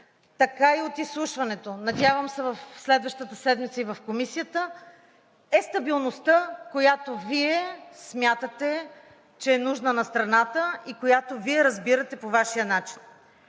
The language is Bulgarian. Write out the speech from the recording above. така и от изслушването, надявам се следващата седмица и в Комисията, е, стабилността, която Вие смятате, че е нужна на страната и която Вие разбирате по Вашия начин.